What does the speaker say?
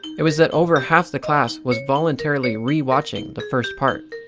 it was that over half the class was voluntarily rewatching the first part.